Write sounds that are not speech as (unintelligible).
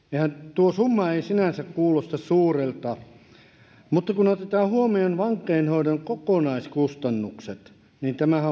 tuo summa ei sinänsä kuulosta suurelta mutta kun otetaan huomioon vankeinhoidon kokonaiskustannukset niin tämähän (unintelligible)